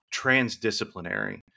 transdisciplinary